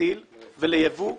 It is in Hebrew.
לטקסטיל וליבוא מסין.